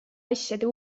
asjade